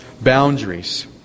boundaries